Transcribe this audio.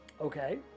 okay